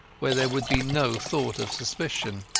where there would be no thought of suspicion.